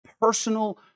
personal